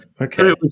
Okay